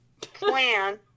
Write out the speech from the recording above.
plan